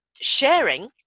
sharing